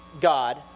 God